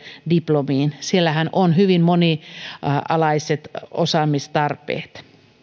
diplomiin siellähän on hyvin monialaiset osaamistarpeet